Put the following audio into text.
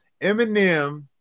Eminem